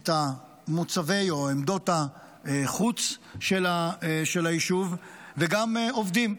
את מוצבי או עמדות החוץ של היישוב, וגם עובדים.